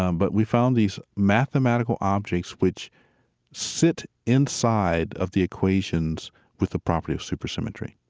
um but we found these mathematical objects which sit inside of the equations with the property of supersymmetry